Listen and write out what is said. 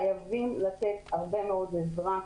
חייבים לתת הרבה מאוד עזרה.